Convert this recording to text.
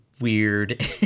weird